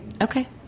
Okay